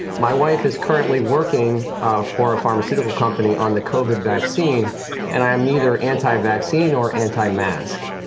my wife is currently working for a pharmaceutical company on the covid vaccine and i am neither anti-vaccine or anti mask.